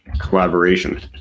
collaboration